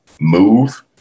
move